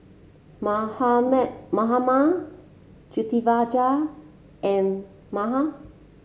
Mahatma Pritiviraj and Medha